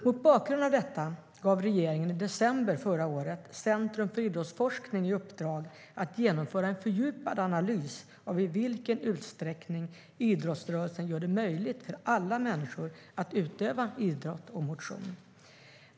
Mot bakgrund av detta gav regeringen i december förra året Centrum för idrottsforskning i uppdrag att genomföra en fördjupad analys av i vilken utsträckning idrottsrörelsen gör det möjligt för alla människor att utöva idrott och motion.